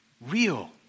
real